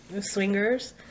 swingers